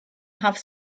have